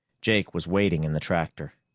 jake was waiting in the tractor.